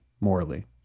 morally